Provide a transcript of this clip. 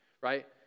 right